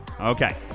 Okay